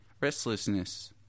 restlessness